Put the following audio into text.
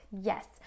yes